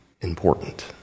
important